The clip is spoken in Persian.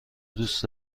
دوست